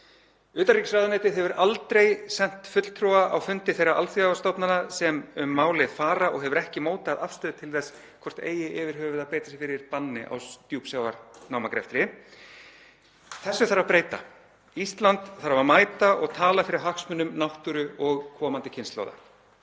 hefur aldrei sent fulltrúa á fundi þeirra alþjóðastofnana sem um málið fara og hefur ekki mótað afstöðu til þess hvort það eigi yfir höfuð að beita sér fyrir banni á djúpsjávarnámagreftri. Þessu þarf að breyta. Ísland þarf að mæta og tala fyrir hagsmunum náttúru og komandi kynslóða.